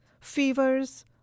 fevers